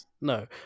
no